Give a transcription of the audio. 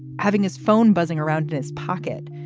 having his phone buzzing around and his pocket,